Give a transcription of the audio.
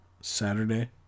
Saturday